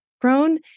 grown